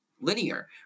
linear